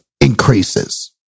increases